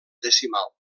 decimal